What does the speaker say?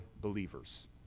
believers